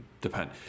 Depend